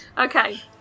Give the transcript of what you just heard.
Okay